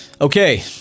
okay